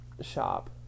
shop